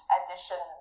edition